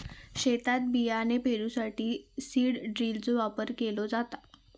शेतात बियाणे पेरूसाठी सीड ड्रिलचो वापर केलो जाता